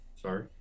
sorry